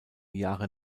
jahre